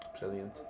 Brilliant